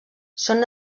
són